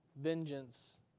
vengeance